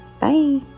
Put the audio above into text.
Bye